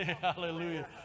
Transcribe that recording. Hallelujah